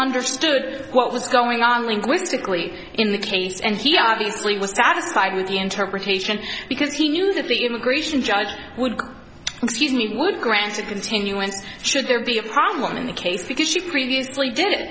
understood what was going on linguistically in the case and he obviously was data supplied with the interpretation because he knew that the immigration judge would excuse me would grant a continuance should there be a problem in the case because she previously did it